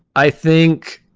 i think,